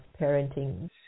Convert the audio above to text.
parenting